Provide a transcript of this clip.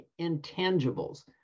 intangibles